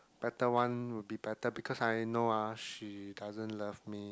better one would be better because I know uh she doesn't love me